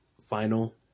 final